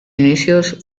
inicios